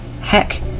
Heck